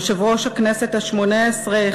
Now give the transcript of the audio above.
יושב-ראש הכנסת השמונה-עשרה,